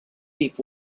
deep